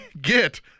get